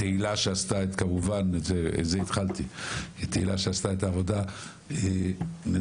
תהילה שעשתה את העבודה בדוח ה-ממ"מ,